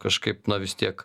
kažkaip na vis tiek